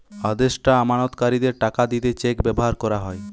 আদেষ্টা আমানতকারীদের টাকা দিতে চেক ব্যাভার কোরা হয়